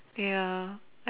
ya